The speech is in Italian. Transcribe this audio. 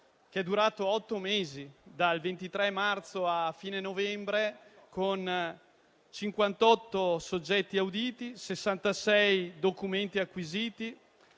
durato otto mesi (dal 23 marzo a fine novembre), con 58 soggetti auditi, 66 documenti acquisiti,